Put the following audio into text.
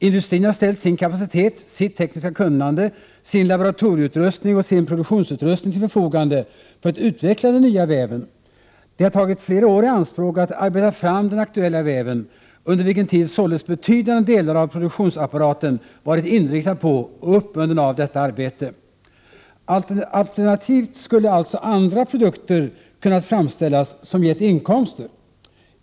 Industrin har ställt sin kapacitet, sitt tekniska kunnande, sin laboratorieutrustning och sin produktionsutrustning till förfogande för att utveckla den nya väven. Det har tagit flera år att arbeta fram den aktuella väven, under vilken tid således betydande delar av produktionsapparaten varit inriktade på och uppbundna av detta arbete. Alternativt skulle alltså andra produkter ha kunnat framställas, som gett inkomster.